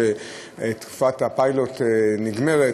כשתקופת הפיילוט נגמרת,